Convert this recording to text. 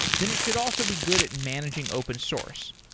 then it should also be good at managing open source.